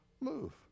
move